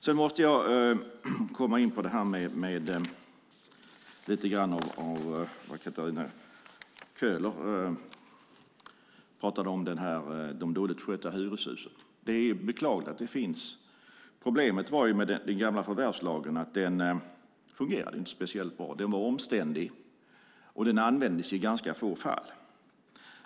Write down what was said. Sedan måste jag komma in lite grann på det Katarina Köhler sade om de dåligt skötta hyreshusen. Det är beklagligt att sådana finns. Problemet med den gamla förvärvslagen var att den inte fungerade speciellt bra. Den var omständlig och användes i ganska få fall.